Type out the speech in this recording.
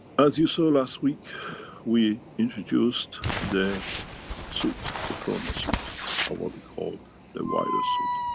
as you saw last week we introduced the suit, the corona suit or what we called the virus suit.